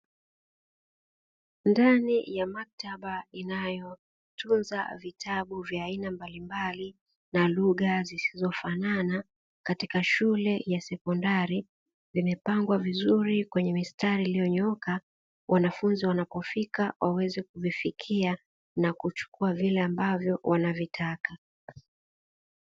Ndani ya maktaba inayotunza vitabu vya aina mbalimbali na lugha zisizofanana katika shule ya sekondari vimepangwa vizuri kwenye mistari iliyonyooka wanafunzi wanapofika waweze kuvifikia na kuchukua vile ambavyo wanavitaka.